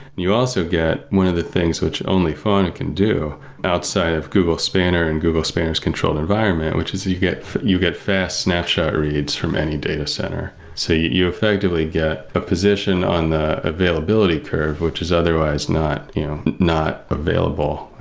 you also get one of the things which only fauna can do outside of google spanner and google spanner s controlled environment, which is you get you get fast snapshot reads from any data center. so you effectively get a physician on the availability curve, which is otherwise not not available,